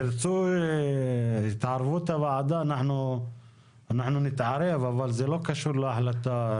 ואנחנו לא נאפשר להם להתרחב,